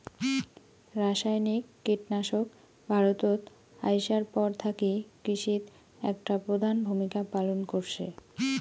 রাসায়নিক কীটনাশক ভারতত আইসার পর থাকি কৃষিত একটা প্রধান ভূমিকা পালন করসে